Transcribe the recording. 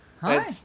Hi